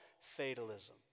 fatalism